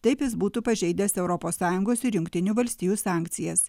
taip jis būtų pažeidęs europos sąjungos ir jungtinių valstijų sankcijas